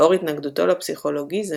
לאור התנגדותו לפסיכולוגיזם,